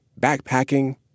backpacking